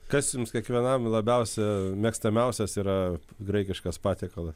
kas jums kiekvienam labiausia mėgstamiausias yra graikiškas patiekalas